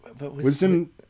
Wisdom